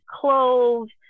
cloves